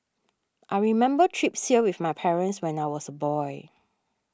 I remember trips here with my parents when I was a boy